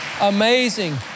amazing